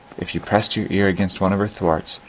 if you pressed your ear against one of her thwarts,